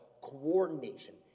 coordination